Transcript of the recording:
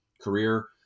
career